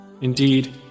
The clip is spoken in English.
Indeed